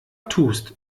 tust